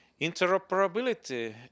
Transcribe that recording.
Interoperability